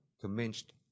commenced